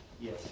Yes